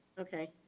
okay.